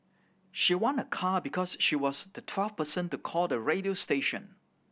she won a car because she was the twelfth person to call the radio station